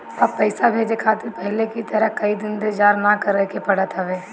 अब पइसा भेजे खातिर पहले की तरह कई दिन इंतजार ना करेके पड़त हवे